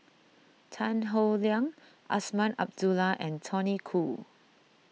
Tan Howe Liang Azman Abdullah and Tony Khoo